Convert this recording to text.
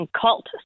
cult